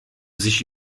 sich